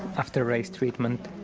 after race treatment.